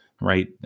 right